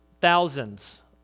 thousands